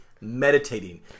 meditating